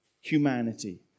humanity